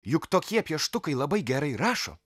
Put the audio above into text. juk tokie pieštukai labai gerai rašo